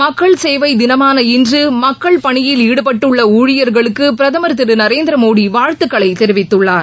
மக்கள் சேவை தினமான இன்று மக்கள் பணியில் ஈடுபட்டுள்ள ஊழியர்களுக்கு பிரதமர் திரு நரேந்திரமோடி வாழ்த்துக்களை தெரிவித்துள்ளார்